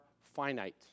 finite